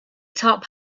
top